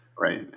Right